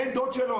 בן דוד שלו,